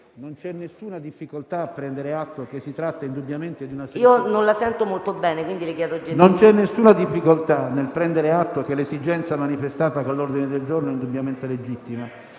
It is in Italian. Non c'è alcuna difficoltà a prendere atto che l'esigenza manifestata con l'ordine del giorno sia indubbiamente legittima.